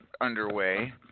underway